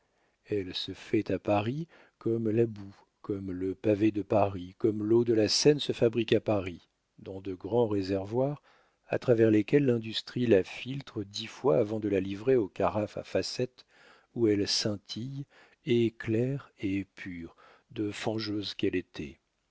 elle se fait à paris comme la boue comme le pavé de paris comme l'eau de la seine se fabrique à paris dans de grands réservoirs à travers lesquels l'industrie la filtre dix fois avant de la livrer aux carafes à facettes où elle scintille et claire et pure de fangeuse qu'elle était